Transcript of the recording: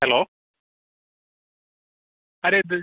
hello ആരാ ഇത്